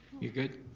you good?